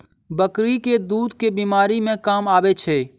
बकरी केँ दुध केँ बीमारी मे काम आबै छै?